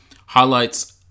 highlights